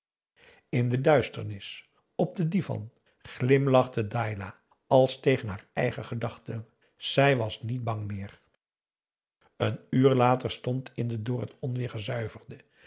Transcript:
in de duisternis op den divan glimlachte dailah als tegen haar eigen gedachten zij was niet bang meer een uur later stond in de door het onweer gezuiverde